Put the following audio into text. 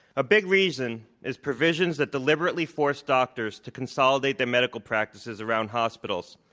a big reason is provisions that deliberately force doctors to consolidate their medical practices around hospitals.